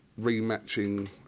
rematching